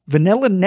Vanilla